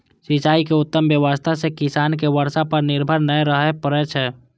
सिंचाइ के उत्तम व्यवस्था सं किसान कें बर्षा पर निर्भर नै रहय पड़ै छै